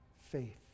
faith